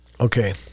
okay